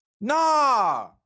Nah